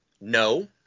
no